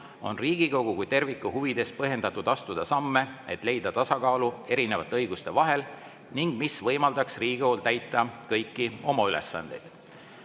on Riigikogu kui terviku huvides põhjendatud astuda samme, et leida tasakaalu erinevate õiguste vahel, mis võimaldaks Riigikogul täita kõiki oma ülesandeid.